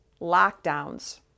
lockdowns